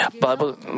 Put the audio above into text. Bible